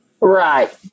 Right